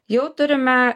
jau turime